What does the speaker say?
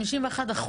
51%,